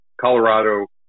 Colorado